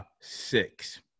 six